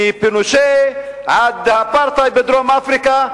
מפינושה עד האפרטהייד בדרום-אפריקה,